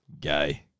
Guy